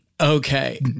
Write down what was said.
Okay